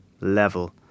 level